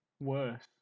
worse